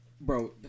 bro